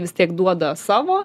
vis tiek duoda savo